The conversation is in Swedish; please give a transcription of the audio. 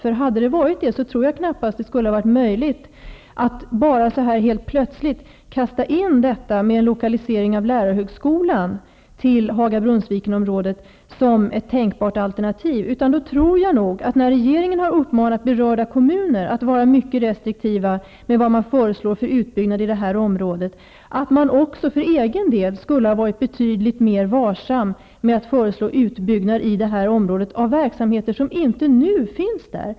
I så fall tror jag knappast att det hade varit möjligt att så här helt plötsligt kasta in förslaget om en lokalisering av lärarhögskolan till Haga-- Brunnsviken-området som ett tänkbart alternativ. Eftersom regeringen har uppmanat berörda kom muner att vara mycket restriktiva med att föreslå utbyggnader i det här området, tror jag att man också för egen del i så fall skulle ha varit betydligt mer varsam med att i det här området föreslå ut byggnad av verksamheter som inte nu finns där.